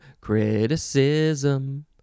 Criticism